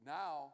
now